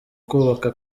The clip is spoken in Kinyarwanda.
kubaka